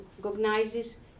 recognizes